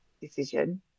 decision